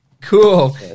Cool